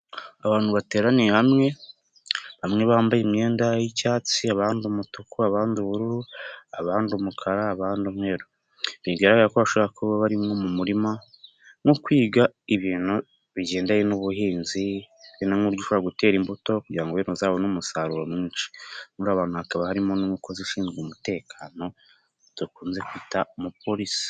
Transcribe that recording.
Abantu bateraniye hamwe, bamwe bambaye imyenda y'icyatsi abandi umutuku, abandi ubururu, abandi umukara, abandi umweru. Bigaragara ko bashobora kuba bari mu murima, nko kwiga ibintu bigendanye n'ubuhinzi, bashobora gutera imbuto, kugira ngo bazabone umusaruro mwinshi, muri aba bantu hakaba harimo n'umukozi ushinzwe umutekano, dukunze kwita umupolisi.